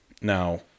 Now